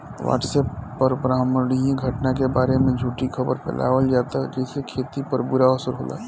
WhatsApp पर ब्रह्माण्डीय घटना के बारे में झूठी खबर फैलावल जाता जेसे खेती पर बुरा असर होता